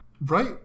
Right